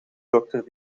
dokter